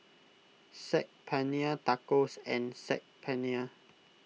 Saag Paneer Tacos and Saag Paneer